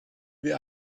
wir